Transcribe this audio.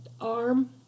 arm